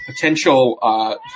potential